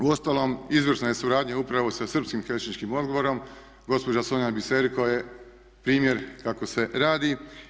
Uostalom, izvrsna je suradnja upravo sa srpskim helsinškim odborom, gospođa Sonja Biserko je primjer kako se radi.